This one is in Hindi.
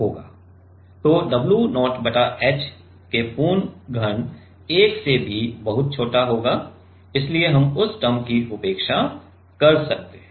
तो W0 बटा h पूर्ण घन 1 से भी बहुत छोटा होगा इसलिए हम उस टर्म की उपेक्षा कर सकते हैं